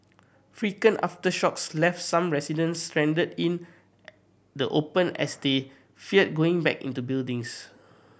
frequent aftershocks left some residents stranded in the open as they feared going back into buildings